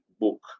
book